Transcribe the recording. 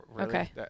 Okay